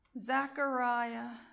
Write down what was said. Zechariah